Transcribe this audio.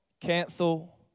cancel